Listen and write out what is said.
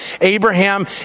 Abraham